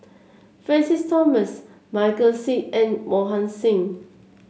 Francis Thomas Michael Seet and Mohan Singh